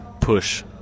push